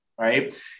Right